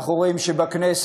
אנחנו רואים שבכנסת,